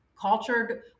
cultured